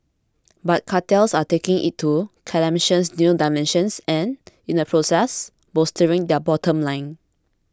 but cartels are taking it to calamitous new dimensions and in the process bolstering their bottom line